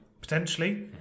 potentially